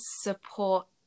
support